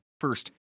first